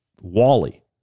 Wally